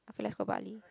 okay lets go Bali